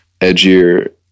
edgier